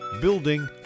Building